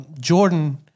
Jordan